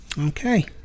Okay